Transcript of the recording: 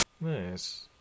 Nice